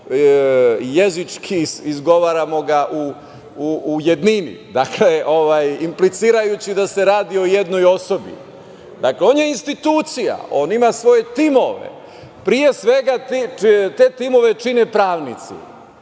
jezički izgovaramo ga u jednini, implicirajući da se radi o jednoj osobi. Dakle, on je institucija, on ima svoje timove. Pre svega, te timove čine pravnici.